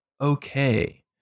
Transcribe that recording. okay